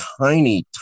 tiny